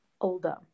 older